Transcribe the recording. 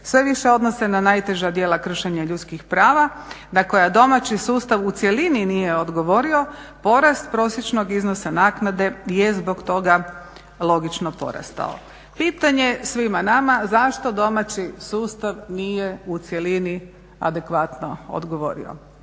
sve više odnose na najteža djela kršenja ljudskih prava na koja domaći sustav u cjelini nije odgovorio porast prosječnog iznosa naknade je zbog toga logično porastao. Pitanje svima nama zašto domaći sustav nije u cjelini adekvatno odgovorio.